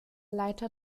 leiter